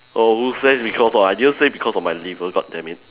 oh who says because of I didn't say because of my liver god damn it